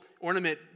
ornament